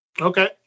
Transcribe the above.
Okay